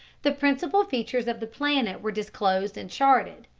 the principal features of the planet were disclosed and charted,